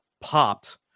popped